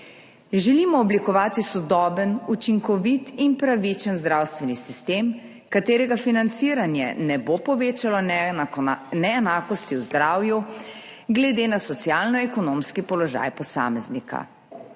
Želimo oblikovati sodoben, učinkovit in pravičen zdravstveni sistem, katerega financiranje ne bo povečalo neenakosti v zdravju glede na socialno-ekonomski položaj posameznika.